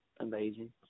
amazing